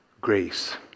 Grace